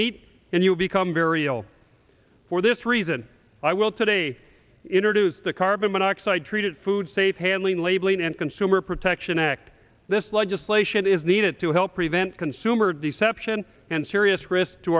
meat and you become very ill for this reason i will today introduce the carbon monoxide treated food safe handling labeling and consumer protection act this legislation is needed to help prevent consumer deception and serious risk to